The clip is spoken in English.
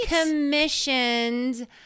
commissioned